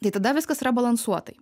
tai tada viskas yra balansuotai